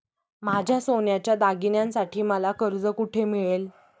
माझ्या सोन्याच्या दागिन्यांसाठी मला कर्ज कुठे मिळेल?